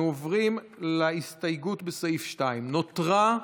אנחנו עוברים להסתייגות בסעיף 2. נותרה,